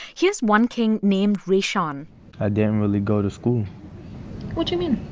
here's one king named rashawn i didn't really go to school what do you mean?